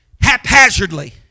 haphazardly